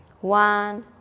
one